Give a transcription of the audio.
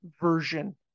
version